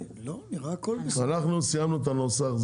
אנחנו סיימנו את הנוסח.